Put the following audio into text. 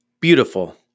Beautiful